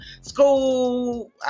school